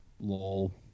lol